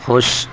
خوش